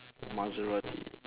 maserati